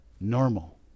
normal